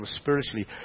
spiritually